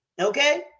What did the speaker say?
Okay